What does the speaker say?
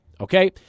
Okay